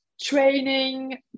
training